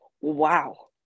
wow